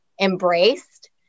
embraced